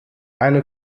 eine